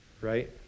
right